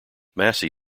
massey